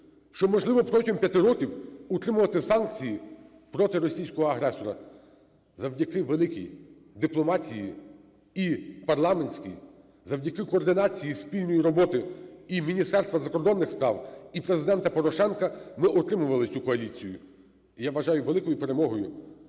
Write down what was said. що можливо протягом п'яти років утримувати санкції проти російського агресора. Завдяки великій дипломатії і парламентській, завдяки координації спільної роботи і Міністерства закордонних справ, і Президента Порошенка ми отримували цю коаліцію. І я вважаю великою перемогою